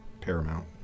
paramount